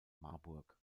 marburg